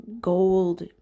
gold